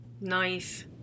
Nice